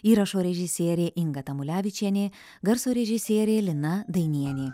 įrašo režisierė inga tamulevičienė garso režisierė lina dainienė